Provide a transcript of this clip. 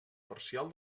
parcial